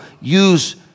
use